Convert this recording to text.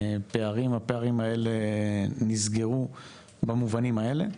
הפערים, הפערים האלו נסגרו במובנים האלו.